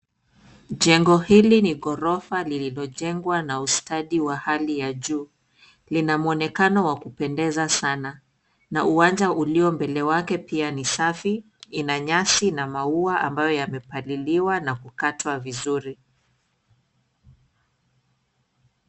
Jengo hili ni gorofa lililo jengwa na ustadi wa hali ya juu, lina mwonekano wa kupendeza sana, na uwanja ulio mbele wake ni safi ina nyasi na maua ambayo yamepaliliwa na kukatwa vizuri.